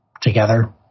together